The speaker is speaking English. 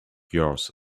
yours